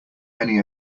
many